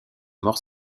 mort